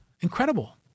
incredible